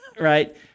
Right